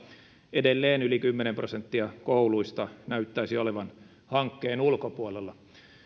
edelleen yli kymmenen prosenttia kouluista näyttäisi olevan hankkeen ulkopuolella